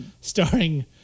starring